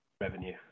Revenue